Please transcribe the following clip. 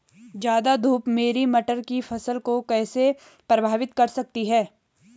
ज़्यादा धूप मेरी मटर की फसल को कैसे प्रभावित कर सकती है?